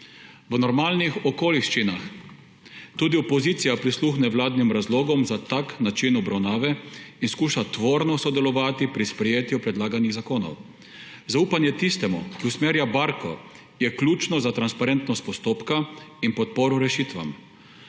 V normalnih okoliščinah tudi opozicija prisluhne vladnih razlogom za tak način obravnave in skuša tvorno sodelovati pri sprejetju predlaganih zakonov. Zaupanje tistemu, ki usmerja barko, je ključno za transparentnost postopka in podporo rešitvam.